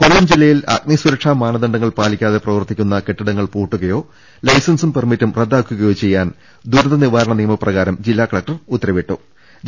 കൊല്ലം ജില്ലയിൽ അഗ്നിസുരക്ഷാ മാനദണ്ഡങ്ങൾ പാലിക്കാതെ പ്രവർത്തിപ്പിക്കുന്ന കെട്ടിടങ്ങൾ പൂട്ടുകയോ ലൈസൻസും പെർമിറ്റും റദ്ദാക്കുകയോ ചെയ്യാൻ ദുരന്തനിവാരണ നിയമപ്രകാരം ജില്ലാ കലക്ടർ ഉത്തരവായി